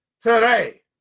today